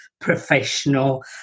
professional